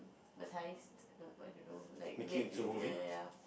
no I don't know like made in ya ya ya